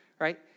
right